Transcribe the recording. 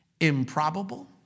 improbable